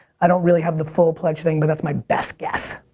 i don't really have the full pledge thing, but that's my best guess.